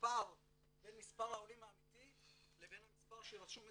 פער בין מספר העולים האמיתי לבין המספר שרשום אצלם.